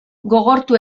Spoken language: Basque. gogortu